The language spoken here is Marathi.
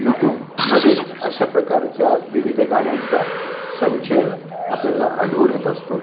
यूटूबमध्ये अशा प्रकारच्या विविध गाण्याचा संचय आपल्याला आढळून येत असतो